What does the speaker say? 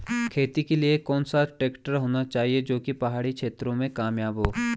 खेती के लिए कौन सा ट्रैक्टर होना चाहिए जो की पहाड़ी क्षेत्रों में कामयाब हो?